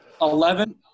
Eleven